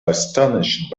astonished